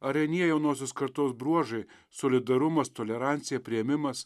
ar anie jaunosios kartos bruožai solidarumas tolerancija priėmimas